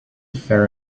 fair